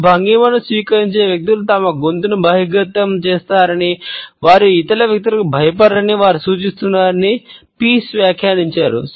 ఈ భంగిమను స్వీకరించే వ్యక్తులు తమ గొంతును బహిర్గతం చేస్తారని వారు ఇతర వ్యక్తులకు భయపడరని వారు సూచిస్తున్నారని పీస్ వ్యాఖ్యానించారు